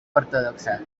ortodoxa